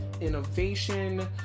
innovation